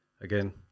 again